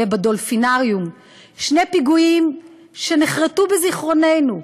וב"דולפינריום" שני פיגועים שנחרתו בזיכרוננו,